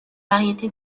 variété